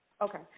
Okay